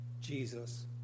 Jesus